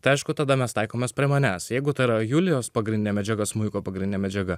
tai aišku tada mes taikomas prie manęs jeigu tara julijos pagrindinė medžiaga smuiko pagrindinė medžiaga